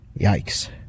Yikes